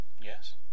Yes